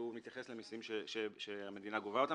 והוא מתייחס למסים שהמדינה גובה אותם.